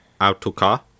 Autocar